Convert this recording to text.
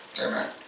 Amen